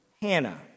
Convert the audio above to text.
Hannah